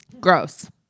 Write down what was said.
Gross